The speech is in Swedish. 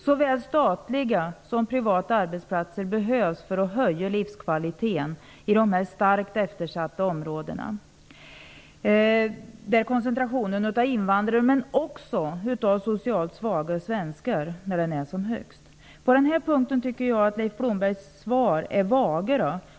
Såväl statliga som privata arbetsplatser behövs för att höja livskvaliteten i dessa starkt eftersatta områden, där koncentrationen av invandrare men också av socialt svaga svenskar är som högst. På den här punkten tycker jag att Leif Blombergs svar är vagt.